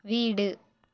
வீடு